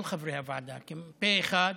כל חברי הוועדה פה אחד,